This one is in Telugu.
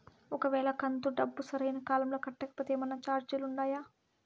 ఒక వేళ కంతు డబ్బు సరైన కాలంలో కట్టకపోతే ఏమన్నా చార్జీలు ఉండాయా?